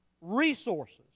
resources